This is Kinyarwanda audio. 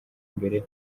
mbere